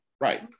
Right